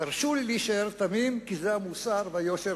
תרשו לי להישאר תמים, כי זה המוסר וזה היושר